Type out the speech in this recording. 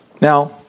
Now